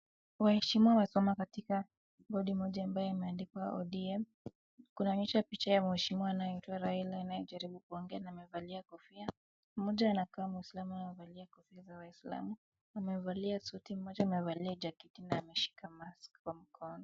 Waheshimiwa wamesimama katika bodi moja ambayo imeandikwa ODM. Kunaonyesha picha ya mheshimiwa anayeitwa Raila anayejaribu kuongea na amevalia kofia. Mmoja anakaa Muislamu na amevalia kofia za Waislamu amevalia suti. Mmoja jaketi na ameshika mask kwa mkono.